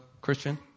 Christian